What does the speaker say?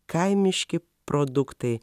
kaimiški produktai